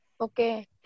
Okay